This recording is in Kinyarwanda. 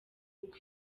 uko